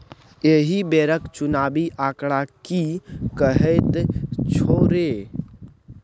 एहि बेरक चुनावी आंकड़ा की कहैत छौ रे